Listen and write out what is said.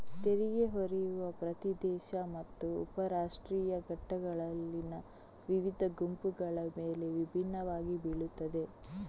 ತೆರಿಗೆ ಹೊರೆಯು ಪ್ರತಿ ದೇಶ ಮತ್ತು ಉಪ ರಾಷ್ಟ್ರೀಯ ಘಟಕಗಳಲ್ಲಿನ ವಿವಿಧ ಗುಂಪುಗಳ ಮೇಲೆ ವಿಭಿನ್ನವಾಗಿ ಬೀಳುತ್ತದೆ